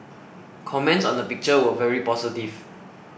comments on the picture were very positive